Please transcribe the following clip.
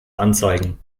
anzeigen